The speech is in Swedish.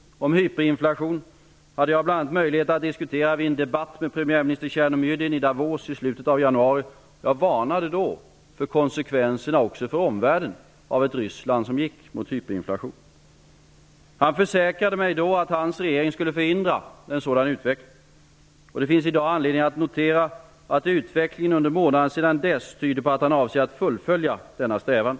Hotet om hyperinflation hade jag bl.a. möjlighet att diskutera vid en debatt med premiärminister Tjernomyrdin i Davos i slutet på januari. Jag varnade då för konsekvenserna också för omvärlden av ett Ryssland som gick mot hyperinflation. Premiärminister Tjernomyrdin försäkrade mig då att hans regering skulle förhindra en sådan utveckling. Det finns i dag anledning att notera att utvecklingen under månaderna sedan dess tyder på att han avser att fullfölja denna strävan.